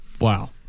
wow